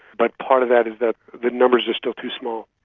but part of that is that the numbers are still too small.